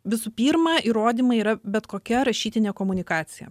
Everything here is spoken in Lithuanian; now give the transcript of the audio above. visų pirma įrodymai yra bet kokia rašytinė komunikacija